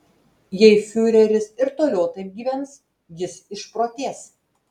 jei fiureris ir toliau taip gyvens jis išprotės